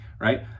right